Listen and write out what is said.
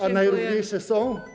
A najrówniejsze są.